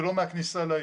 ולא מהכניסה לעיר.